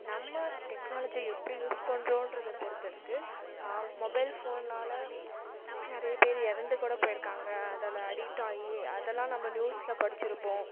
நம்ம டெக்னாலஜியை எப்படி யூஸ் பண்றோம்ன்றத பொறுத்து இருக்குது மொபைல் ஃபோனால் நிறைய பேர் இறந்து கூட போய் இருக்காங்க அதில் அடிக்ட் ஆகி அதெல்லாம் நம்ம நியூஸில் படித்து இருப்போம்